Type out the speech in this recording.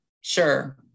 Sure